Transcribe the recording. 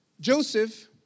Joseph